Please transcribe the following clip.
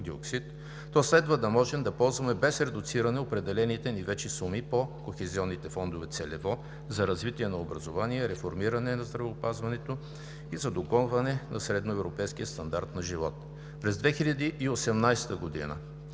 то следва да можем да ползваме без редуциране определените ни вече суми по кохезионните фондове целево за развитие на образованието, реформиране на здравеопазването и за догонване на средноевропейския стандарт на живот. През 2018 г.